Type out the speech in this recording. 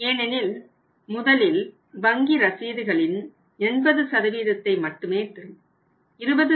ஏனெனில் முதலில் வங்கி ரசீதுகளின் 80ஐ மட்டுமே தரும்